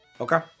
Okay